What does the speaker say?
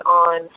on